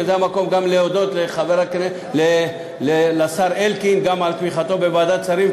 וזה המקום גם להודות לשר אלקין על תמיכתו בוועדת השרים,